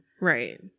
right